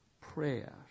prayer